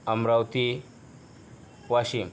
Amravati Washim